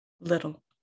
Little